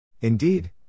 Indeed